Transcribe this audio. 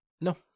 no